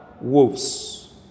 wolves